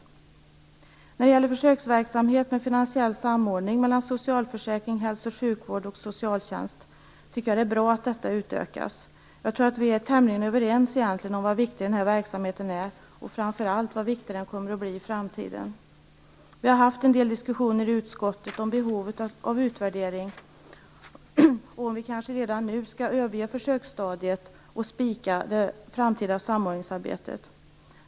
Jag tycker att det är bra att försöksverksamheten med finansiell samordning mellan socialförsäkring, hälso och sjukvård och socialtjänst utökas. Jag tror att vi egentligen är tämligen överens om hur viktig den här verksamheten är och framför allt om hur viktig den kommer att bli i framtiden. Vi har i utskottet fört en del diskussioner om behovet av utvärdering och om huruvida vi kanske redan nu skall överge försöksstadiet och fastställa det framtida samordningsarbetet.